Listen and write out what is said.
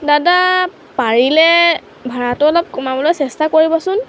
দাদা পাৰিলে ভাড়াটো অলপ কমাবলৈ চেষ্টা কৰিবচোন